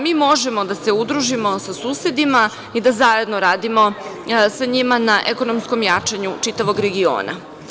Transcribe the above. Mi možemo da se udružimo sa susedima i da zajedno radimo sa njima na ekonomskom jačanju čitavog regiona.